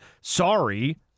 Sorry